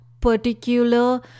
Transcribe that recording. particular